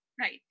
Right